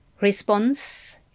Response